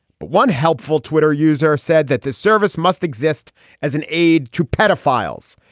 but one helpful twitter user said that this service must exist as an aide to pedophiles.